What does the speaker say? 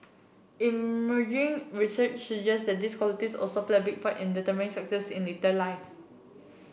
emerging research suggests that these qualities also play a big part in determining success in later life